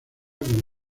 como